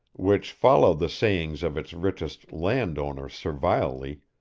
which followed the sayings of its richest landowner servilely,